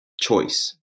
choice